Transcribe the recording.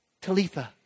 Talitha